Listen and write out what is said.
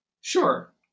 sure